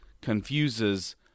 Confuses